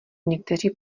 někteří